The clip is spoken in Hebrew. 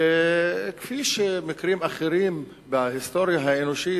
כפי שמקרים אחרים בהיסטוריה האנושית